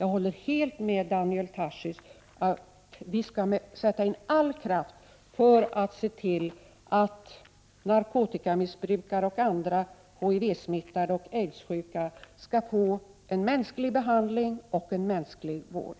Jag håller helt med Daniel Tarschys att alla krafter skall sättas in för att se till att narkotikamissbrukare, HIV-smittade och aidssjuka skall få en mänsklig behandling och en mänsklig vård.